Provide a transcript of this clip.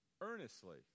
earnestly